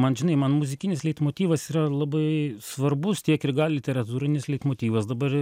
man žinai man muzikinis leitmotyvas yra labai svarbus tiek ir gal literatūrinis leitmotyvas dabar